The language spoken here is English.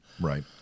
Right